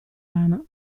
rana